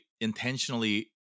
intentionally